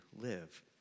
live